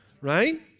right